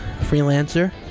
Freelancer